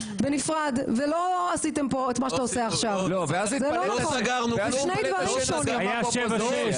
זאת אומרת, תעזבו באיזה שלב זה נמצא באישור.